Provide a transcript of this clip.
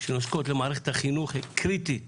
שנושקות למערכת החינוך, היא קריטית